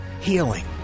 healing